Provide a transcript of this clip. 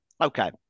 Okay